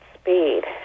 speed